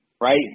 right